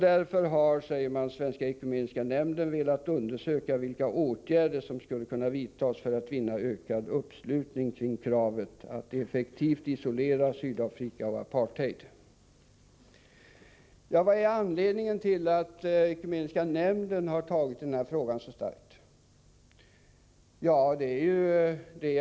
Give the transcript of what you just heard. Därför har Svenska ekumeniska nämnden velat undersöka vilka åtgärder som skulle kunna vidtas för att vinna ökad uppslutning kring kravet att effektivt isolera Sydafrika och apartheid.” Vad är anledningen till att ekumeniska nämnden engagerat sig så starkt i den här frågan?